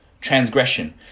Transgression